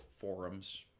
forums